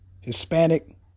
Hispanic